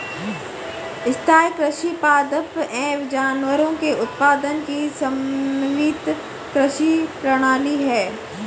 स्थाईं कृषि पादप एवं जानवरों के उत्पादन की समन्वित कृषि प्रणाली है